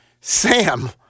Sam